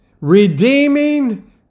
redeeming